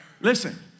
Listen